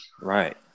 Right